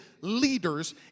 leaders